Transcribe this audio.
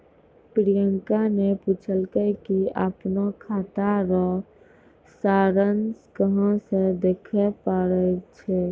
प्रियंका ने पूछलकै कि अपनो खाता रो सारांश कहां से देखै पारै छै